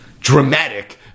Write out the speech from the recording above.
dramatic